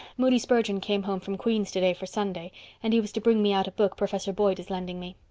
moody spurgeon came home from queen's today for sunday and he was to bring me out a book professor boyd is lending me.